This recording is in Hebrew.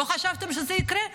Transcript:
לא חשבתם שזה יקרה?